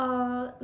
uh